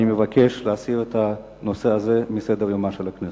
אני מבקש להסיר את הנושא הזה מסדר-יומה של הכנסת.